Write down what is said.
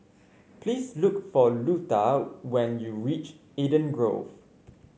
please look for Luda when you reach Eden Grove